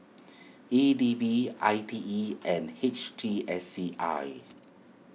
E D B I T E and H T S C I